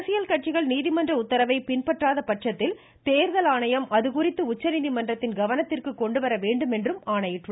அரசியல் கட்சிகள் நீதிமன்ற உத்தரவை பின்பற்றாத பட்சத்தில் தேர்தல் ஆணையம் அது குறித்து உச்சநீதிமன்றத்தின் கவனத்திற்கு கொண்டுவர வேண்டும் என்றும் ஆணையிட்டுள்ளது